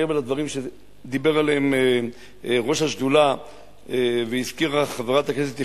מעבר לדברים שדיבר עליהם ראש השדולה והזכירה חברת הכנסת יחימוביץ,